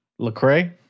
Lecrae